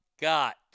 got